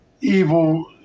evil